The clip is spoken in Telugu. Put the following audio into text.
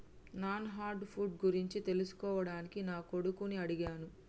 నాను హార్డ్ వుడ్ గురించి తెలుసుకోవడానికి నా కొడుకుని అడిగాను